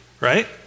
Right